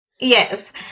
Yes